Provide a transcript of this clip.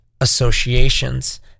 associations